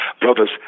brothers